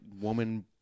woman